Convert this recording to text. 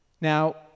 Now